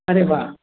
अरे वाह